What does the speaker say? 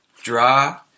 draw